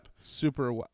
super